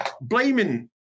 Blaming